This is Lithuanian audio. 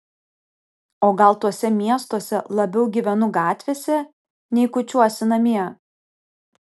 o gal tuose miestuose labiau gyvenu gatvėse nei kuičiuosi namie